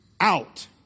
out